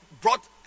brought